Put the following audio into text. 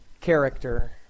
character